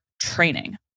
training